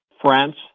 France